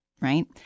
right